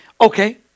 Okay